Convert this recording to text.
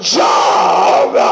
job